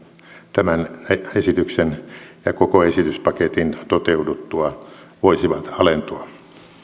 tämän esityksen ja koko esityspaketin toteuduttua voisivat alentua